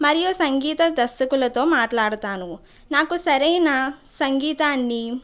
మరియు సంగీత దర్శకులతో మాట్లాడుతాను నాకు సరైన సంగీతాన్ని